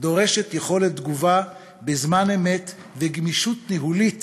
דורש יכולת תגובה בזמן אמת וגמישות ניהולית